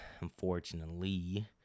unfortunately